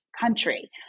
country